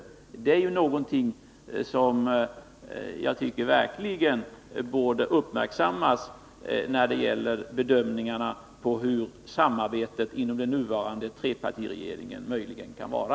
Detta är någonting som jag tycker verkligen borde uppmärksammas vid bedömningen av hurdant samarbetet inom den nuvarande flerpartiregeringen möjligen kan vara.